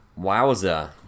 Wowza